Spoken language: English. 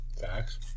facts